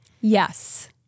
Yes